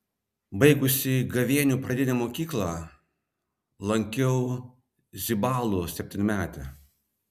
baigusi gavėnių pradinę mokyklą lankiau zibalų septynmetę